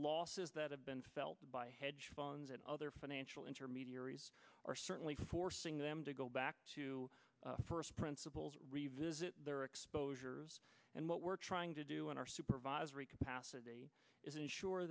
losses that have been felt by hedge funds and other financial intermediaries are certainly forcing them to go back to first principles revisit their exposure and what we're trying to do in our supervisory capacity is ensure